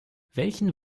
welchen